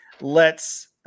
lets